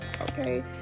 Okay